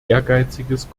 ehrgeiziges